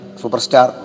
superstar